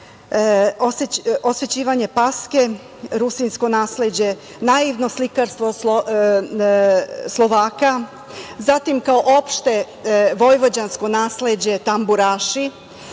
osvećivanje paske, rusinsko nasleđe, naivno slikarstvo Slovaka, zatim, kao opšte vojvođansko nasleđe, tamburaši,